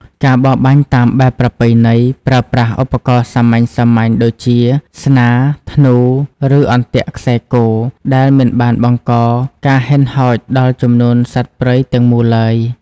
ការបរបាញ់តាមបែបប្រពៃណីប្រើប្រាស់ឧបករណ៍សាមញ្ញៗដូចជា ស្នា ធ្នូ ឬអន្ទាក់ខ្សែគោ ដែលមិនបានបង្កការហិនហោចដល់ចំនួនសត្វព្រៃទាំងមូលឡើយ។